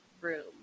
room